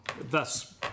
thus